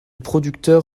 producteur